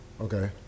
Okay